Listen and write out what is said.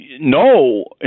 no